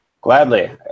Gladly